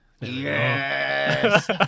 Yes